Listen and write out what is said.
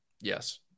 Yes